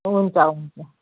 हुन्छ हुन्छ